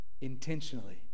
intentionally